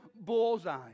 bullseye